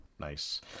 Nice